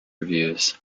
reviews